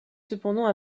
cependant